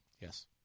Yes